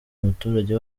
umuturage